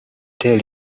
tell